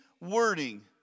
wording